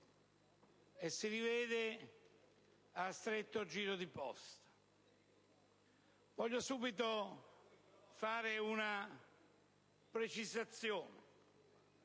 E si rivede a stretto giro di posta. Voglio subito fare una precisazione